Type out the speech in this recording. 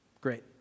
Great